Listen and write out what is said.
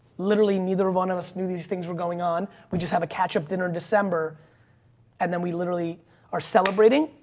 literally neither one of us knew these things were going on. we just have a catchup dinner in december and then we literally are celebrating.